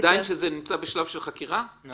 כשזה עדיין נמצא בשלב של חקירה?